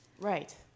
Right